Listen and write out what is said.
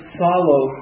follow